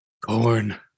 Corn